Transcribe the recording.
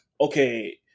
okay